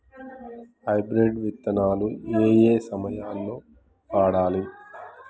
Hybrid విత్తనాలు ఏయే సమయాల్లో వాడాలి?